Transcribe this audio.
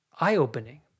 eye-opening